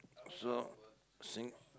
so sing